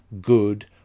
good